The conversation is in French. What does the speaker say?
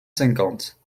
cinquante